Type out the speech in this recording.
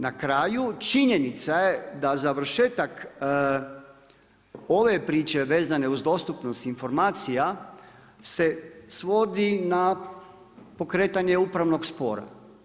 Na kraju, činjenica je da završetak ove priče vezano uz dostupnost informacija se svodi na pokretanje upravnog spora.